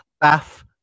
Bath